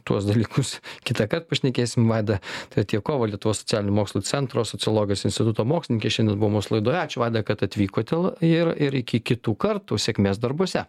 tuos dalykus kitąkart pašnekėsim vaida tretjakova lietuvos socialinių mokslų centro sociologijos instituto mokslininkė šiandien buvo mūsų laidoje ačiū vaida kad atvykote ir ir iki kitų kartų sėkmės darbuose